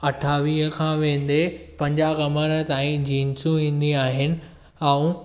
अठावीह खां वेंदे पंजाह कमर ताईं जींसूं ईंदियूं आहिनि ऐं